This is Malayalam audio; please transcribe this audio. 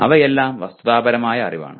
അവയെല്ലാം വസ്തുതാപരമായ അറിവാണ്